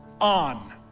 on